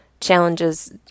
challenges